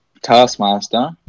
taskmaster